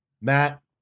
Matt